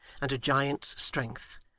and a giant's strength,